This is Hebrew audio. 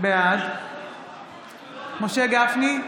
בעד משה גפני,